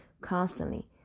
constantly